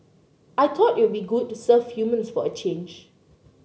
I thought it would be good to serve humans for a change